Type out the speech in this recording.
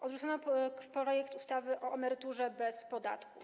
Odrzucono projekt ustawy o emeryturze bez podatku.